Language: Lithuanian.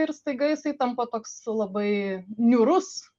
ir staiga jisai tampa toks labai niūrus